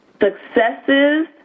successes